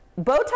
Botox